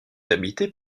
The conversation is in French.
habité